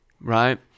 right